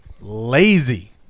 Lazy